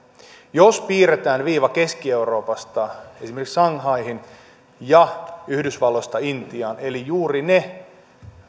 jos piirretään viiva keski euroopasta esimerkiksi shanghaihin ja yhdysvalloista intiaan eli juuri ne